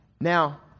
Now